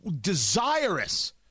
desirous